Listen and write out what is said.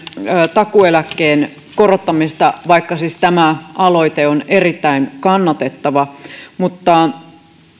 takuueläkkeen korottamisesta vaikka siis tämä aloite on erittäin kannatettava mutta